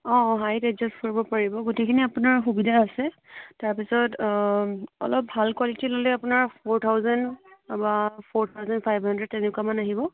অ' height adjust কৰিব পাৰিব গোটেইখিনি আপোনাৰ সুবিধা আছে তাৰ পিছত অ' অলপ ভাল কোৱালিটিৰ ল'লে আপোনাৰ ফ'ৰ থাওজেন বা ফ'ৰ থাওজেন ফাইভ হাণ্ড্ৰেড তেনেকুৱা মান আহিব